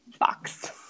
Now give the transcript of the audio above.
box